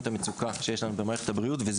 את המצוקה שיש לנו במערכת הבריאות,